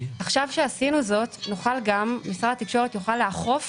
עכשיו שעשינו זאת, משרד התקשורת יוכל לאכוף